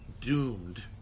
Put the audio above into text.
doomed